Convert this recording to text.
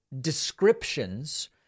descriptions